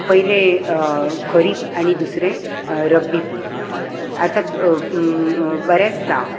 पयले खरिफ आनी दुसरें रबी पीक म्हणटात आतां बऱ्यांचदा